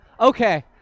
Okay